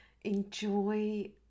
Enjoy